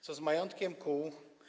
Co z majątkiem kół?